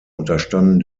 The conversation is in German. unterstanden